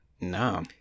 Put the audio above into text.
No